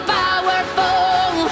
powerful